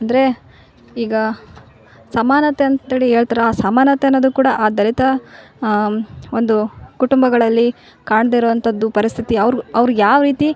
ಅಂದರೆ ಈಗ ಸಮಾನತೆ ಅಂತ್ಹೇಳಿ ಹೇಳ್ತ್ರ ಆ ಸಮಾನತೆ ಅನ್ನೋದು ಕೂಡ ಆ ದಲಿತ ಒಂದು ಕುಟುಂಬಗಳಲ್ಲಿ ಕಾಣ್ದೇ ಇರುವಂಥದ್ದು ಪರಿಸ್ಥಿತಿ ಅವ್ರ್ಗ ಅವ್ರಿಗೆ ಯಾವ ರೀತಿ